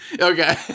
Okay